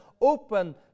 open